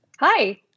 Hi